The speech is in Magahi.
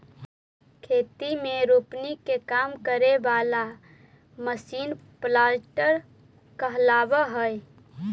खेती में रोपनी के काम करे वाला मशीन प्लांटर कहलावऽ हई